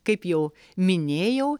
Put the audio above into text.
kaip jau minėjau